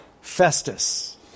Festus